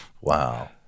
wow